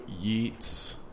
Yeats